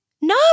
no